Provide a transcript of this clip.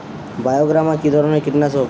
বায়োগ্রামা কিধরনের কীটনাশক?